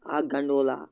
آکھ گنٛڈولا